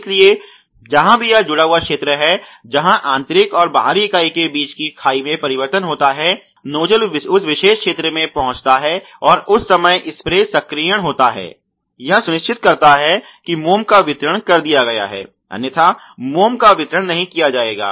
इसलिए जहां भी यह जुड़ा हुआ क्षेत्र है जहां आंतरिक और बाहरी इकाई के बीच की खाई में परिवर्तन होता है जिसके कारण नोजल उस विशेष क्षेत्र में पहुंचता है और उस समय स्प्रे सक्रियण होता है यह सुनिश्चित करता है कि मोम का वितरण कर दिया गया है अन्यथा मोम का वितरण नहीं किया जाएगा